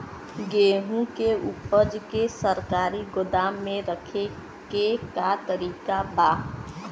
गेहूँ के ऊपज के सरकारी गोदाम मे रखे के का तरीका बा?